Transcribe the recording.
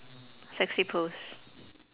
sexy pose